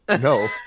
no